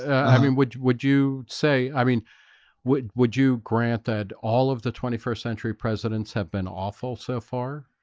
i mean would would you say i mean would would you grant that all of the twenty first century presidents have been awful so far?